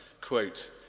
Quote